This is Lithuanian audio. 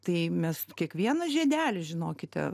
tai mes kiekvieną žiedelį žinokite